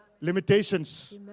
Limitations